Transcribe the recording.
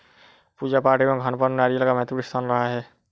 पूजा पाठ एवं खानपान में नारियल का महत्वपूर्ण स्थान रहा है